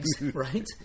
Right